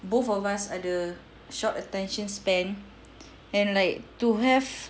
both of us ada short attention span and like to have